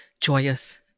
joyous